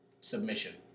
submission